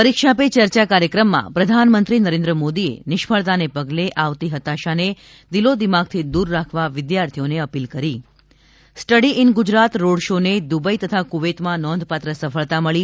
પરીક્ષા પે ચર્ચા કાર્યક્રમમાં પ્રધાનમંત્રી નરેન્દ્ર મોદીએ નિષ્ફળતાને પગલે આવતી હતાશાને દિલોદિમાગથી દૂર રાખવા વિદ્યાર્થીઓને અપીલ કરી study in Gujarat road show ને દુબઈ તથા કુવૈતમાં નોંધપાત્ર સફળતા મળી